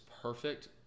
perfect